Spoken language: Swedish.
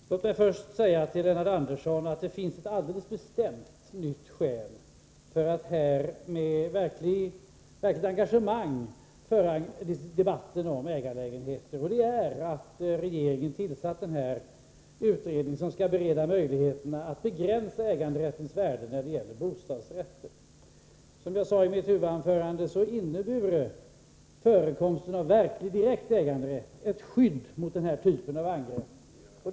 Herr talman! Låt mig först säga till Lennart Andersson att det finns ett alldeles bestämt nytt skäl för att här med verkligt engagemang föra debatten om ägarlägenheter, och det är att regeringen tillsatt en utredning som skall utreda möjligheterna att begränsa äganderättens värde när det gäller bostadsrätter. Som jag sade i mitt huvudanförande, innebure förekomsten av verklig, direkt äganderätt ett skydd mot denna typ av angrepp.